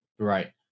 Right